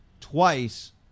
Twice